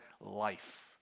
life